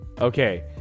Okay